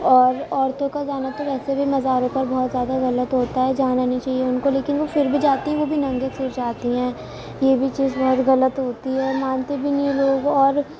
اور عورتوں کا جانا تو ویسے بھی مزاروں پر بہت زیادہ غلط ہوتا ہے جانا نہیں چاہیے ان کو لیکن وہ پھر بھی وہ جاتی ہیں وہ بھی ننگے سر جاتی ہیں یہ بھی چیز بہت غلط ہوتی ہے مانتی بھی نہیں وہ وہ عورت